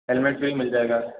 helmet भी मिल जाएगा